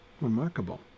Remarkable